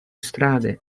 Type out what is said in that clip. strade